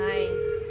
Nice